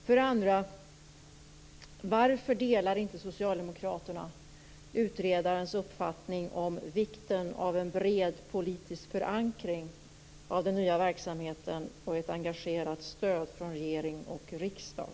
För det andra: Varför delar inte Socialdemokraterna utredarens uppfattning om vikten av en bred politisk förankring av den nya verksamheten och ett engagerat stöd från regering och riksdag?